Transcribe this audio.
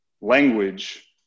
language